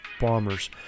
bombers